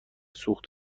سوخت